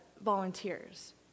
volunteers